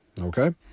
Okay